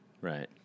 Right